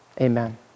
Amen